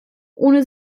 ohne